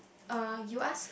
uh you ask